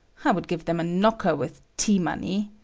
i would give them a knocker with tea money.